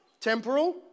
Temporal